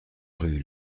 rue